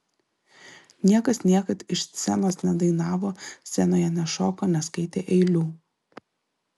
niekas niekad iš scenos nedainavo scenoje nešoko neskaitė eilių